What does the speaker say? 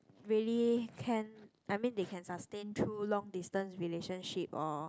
really can I mean they can sustain two long distance relationship or